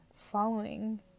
following